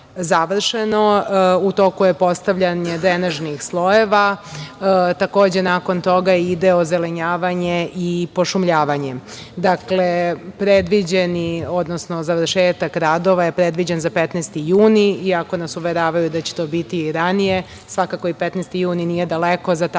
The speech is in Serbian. U toku je postavljanje drenažnih slojeva. Takođe, nakon toga ide ozelenjavanje i pošumljavanje. Dakle, završetak radova je predviđen za 15. juni, iako nas uveravaju da će to biti i ranije. Svakako 15. juni nije daleko za takav